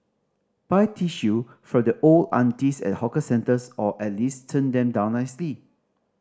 buy tissue from the old aunties at hawker centres or at least turn them down nicely